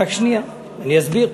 רק שנייה, אני אסביר.